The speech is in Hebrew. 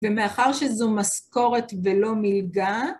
ומאחר שזו משכורת ולא מלגה